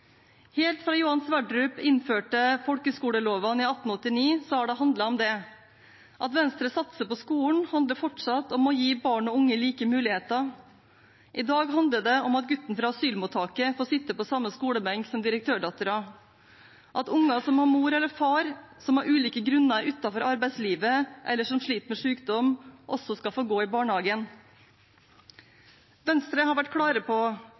Helt fra Johan Sverdrup innførte folkeskolelovene i 1889, har det handlet om det. At Venstre satser på skolen, handler fortsatt om å gi barn og unge like muligheter. I dag handler det om at gutten fra asylmottaket får sitte på samme skolebenk som direktørdattera, og at unger som har mor eller far som av ulike grunner er utenfor arbeidslivet, eller som sliter med sykdom, også skal få gå i barnehagen. Venstre har vært klare på